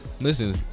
Listen